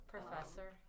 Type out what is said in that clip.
Professor